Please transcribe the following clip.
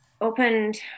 opened